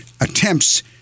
attempts